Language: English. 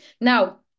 Now